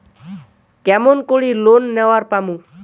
কেমন করি লোন নেওয়ার পামু?